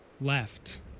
left